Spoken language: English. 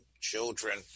children